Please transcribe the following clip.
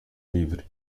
livre